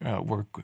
work